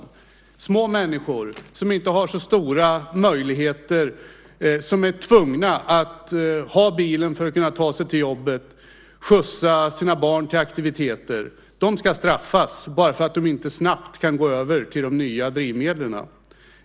Små människor som inte har så stora möjligheter, som är tvungna att ha bilen för att kunna ta sig till jobbet och skjutsa sina barn till aktiviteter, ska straffas bara för att de inte snabbt kan gå över till de nya drivmedlen.